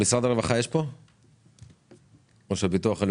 יש פה נציגים ממשרד הרווחה?